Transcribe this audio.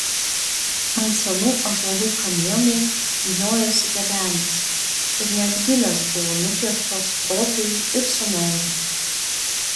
ant senų ąžuolų kamienų vyniojosi gebenės ir net gilės buvo nupieštos stropiai ir su meile